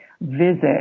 visit